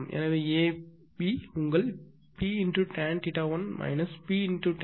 எனவே AB உங்கள் P tan θ1 P tan θ2 க்கு சமம் உண்மையில் இது QC தான்